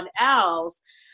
else